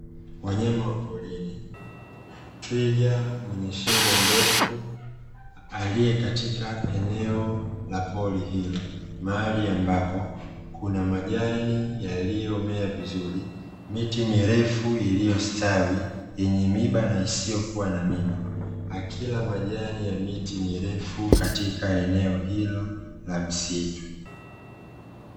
Wanyama wa porini twiga mwenye shingo ndefu, aliye katika eneo la pori hilo mahali ambapo kuna majani yaliyomea vizuri, miti mirefu iliyostawi yenye miba na isiyokuwa na mimba akila majani ya miti mirefu katika eneo hilo la msitu.